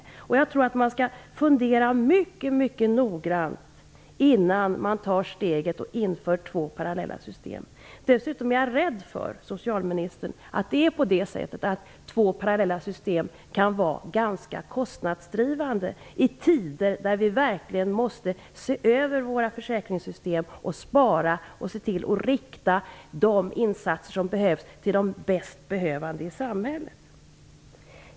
Dessutom tror jag att man mycket noga skall fundera på detta innan man tar steget och inför två parallella system. Jag är rädd för att två parallella system kan vara ganska kostnadsdrivande i tider då vi verkligen måste se över våra försäkringssystem, spara och se till att erforderliga insatser riktas till de bäst behövande i samhället.